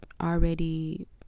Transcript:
already